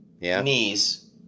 knees